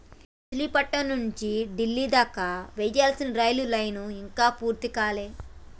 మచిలీపట్నం నుంచి డిల్లీ దాకా వేయాల్సిన రైలు లైను ఇంకా పూర్తి కాలే